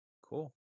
Cool